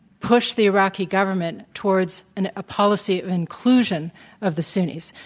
push the iraqi government towards and a policy of inclusion of the sunnis.